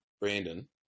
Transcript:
Brandon